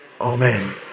Amen